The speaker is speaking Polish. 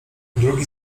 drugi